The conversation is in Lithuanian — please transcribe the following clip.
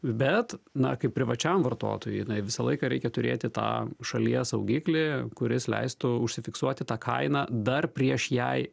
bet na kaip privačiam vartotojui tai visą laiką reikia turėti tą šalies saugiklį kuris leistų užsifiksuoti tą kainą dar prieš jai